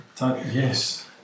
yes